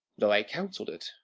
though i counsell'd it,